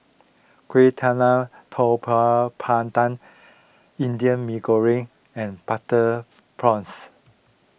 Kueh Talam Tepong Pandan Indian Mee Goreng and Butter Prawns